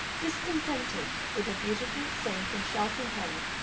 discontented with her beautiful, safe, and sheltering home,